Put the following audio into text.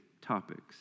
topics